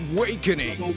Awakening